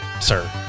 sir